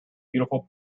beautiful